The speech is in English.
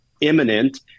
imminent